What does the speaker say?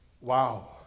wow